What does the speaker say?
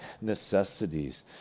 necessities